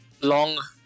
long